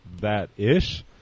that-ish